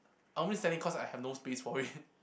I'm only selling cause I have no space for it